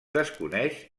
desconeix